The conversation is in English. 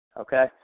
okay